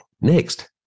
Next